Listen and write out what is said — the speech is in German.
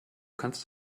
kannst